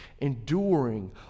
enduring